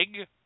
egg